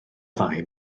ddau